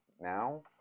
Now